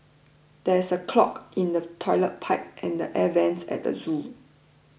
there is a clog in the Toilet Pipe and Air Vents at the zoo